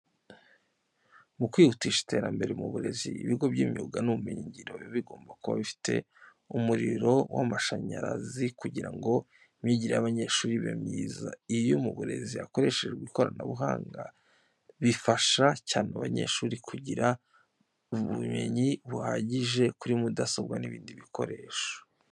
Mu kwihutisha iterambere mu burezi, ibigo b'imyuga n'ubumenyingiro biba bigomba kuba bifite umuriro w'amashanyarazi kugira ngo imyigire y'abanyeshuri ibe myiza. Iyo mu burezi hakoreshejwe ikoranabuhanga, bifasha cyane abanyeshuri kuko bagira ubumenyi buhagije kuri mudasobwa n'ibindi bikoresho.